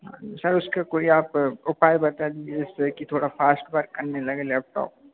sir उसका कोई आप उपाय बता दीजिए जिससे कि थोड़ा फास्ट बात करने लगे लैपटॉप